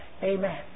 Amen